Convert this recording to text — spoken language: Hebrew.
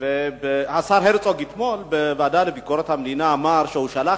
והשר הרצוג אמר אתמול בוועדה לביקורת המדינה שהוא שלח